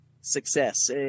success